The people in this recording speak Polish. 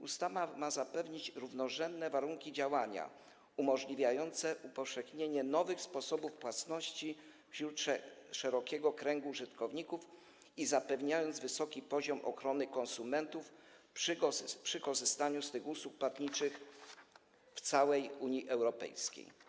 Ustawa ma zapewnić równorzędne warunki działania umożliwiające upowszechnienie nowych sposobów płatności wśród szerokiego kręgu użytkowników i gwarantujące wysoki poziom ochrony konsumentów przy korzystaniu z tych usług płatniczych w całej Unii Europejskiej.